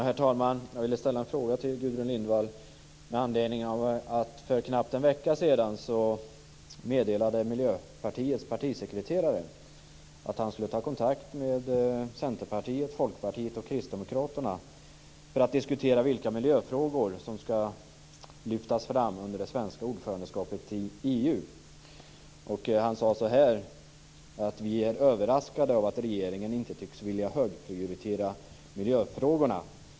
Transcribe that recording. Herr talman! Jag vill ställa en fråga till Gudrun Lindvall med anledning av att Miljöpartiets partisekreterare för knappt en vecka sedan meddelade att han skulle ta kontakt med Centerpartiet, Folkpartiet och Kristdemokraterna för att diskutera vilka miljöfrågor som ska lyftas fram under det svenska ordförandeskapet i EU. Han sade att man var överraskad av att regeringen inte tycks vilja högprioritera miljöfrågorna.